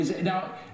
Now